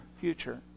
future